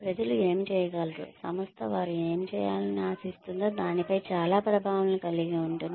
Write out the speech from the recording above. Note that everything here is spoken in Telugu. ప్రజలు ఏమి చేయగలరు సంస్థ వారు ఏమి చేయాలని ఆశిస్తుందో దానిపై చాలా ప్రభావాలను కలిగి ఉంటుంది